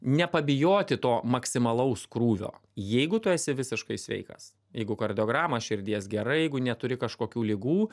nepabijoti to maksimalaus krūvio jeigu tu esi visiškai sveikas jeigu kardiograma širdies gera jeigu neturi kažkokių ligų